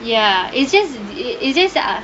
ya it's just it it's just that I